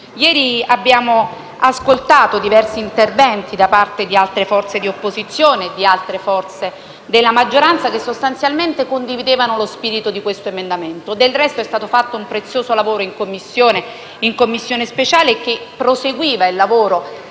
Ieri abbiamo ascoltato diversi interventi da parte di altre forze di opposizione e della maggioranza, che sostanzialmente condividevano lo spirito di questo emendamento. Del resto, è stato fatto un prezioso lavoro in Commissione speciale, che proseguiva quello